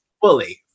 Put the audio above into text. Fully